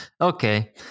Okay